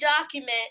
document